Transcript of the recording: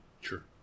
Sure